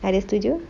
ada setuju